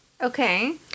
Okay